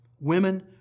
women